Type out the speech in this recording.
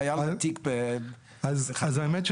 האמת,